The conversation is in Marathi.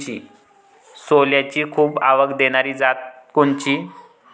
सोल्याची खूप आवक देनारी जात कोनची?